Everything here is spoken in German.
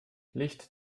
licht